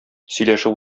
сөйләшеп